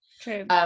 True